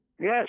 Yes